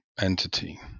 entity